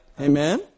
Amen